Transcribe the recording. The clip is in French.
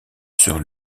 sur